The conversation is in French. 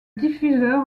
diffuseur